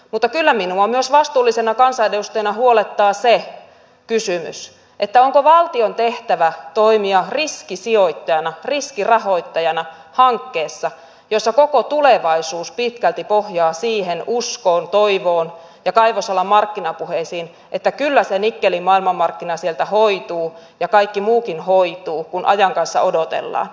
mutta kyllä minua myös vastuullisena kansanedustajana huolettaa se kysymys onko valtion tehtävä toimia riskisijoittajana riskirahoittajana hankkeessa jossa koko tulevaisuus pitkälti pohjaa siihen uskoon ja toivoon ja kaivosalan markkinapuheisiin että kyllä se nikkelin maailmanmarkkina sieltä hoituu ja kaikki muukin hoituu kun ajan kanssa odotellaan